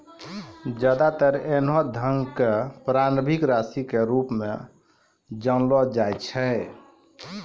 ज्यादातर ऐन्हों धन क प्रारंभिक राशि के रूप म जानलो जाय छै